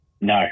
no